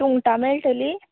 सुंगटां मेळटलीं